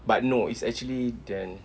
but no it's actually dan